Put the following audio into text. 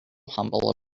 humble